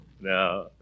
No